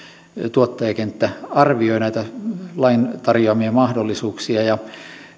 tuottajakenttä arvioi näitä lain tarjoamia mahdollisuuksia ja